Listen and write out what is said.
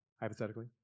Hypothetically